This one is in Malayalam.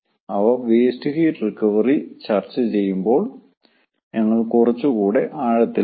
അവ വേസ്റ്റ് ഹീറ്റ് റിക്കവറി ചർച്ചചെയ്യുമ്പോൾ ഞങ്ങൾ കുറച്ചുകൂടി ആഴത്തിൽ പറയും